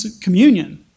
communion